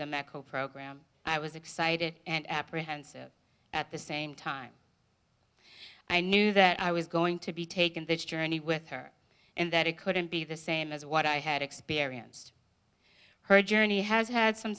medical program i was excited and apprehensive at the same time i knew that i was going to be taken this journey with her and that it couldn't be the same as what i had experienced her journey has had some